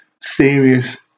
serious